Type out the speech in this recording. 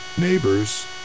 neighbors